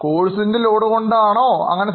കോഴ്സ്ൻറെ load കൊണ്ടാണോ അങ്ങനെ